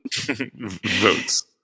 Votes